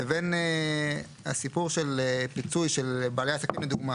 לבין הסיפור של פיצוי של בעלי עסקים למשל